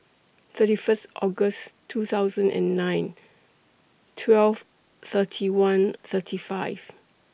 thirty First August two thousand and nine twelve thirty one thirty five